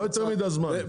לא יותר מידי זמן,